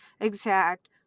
exact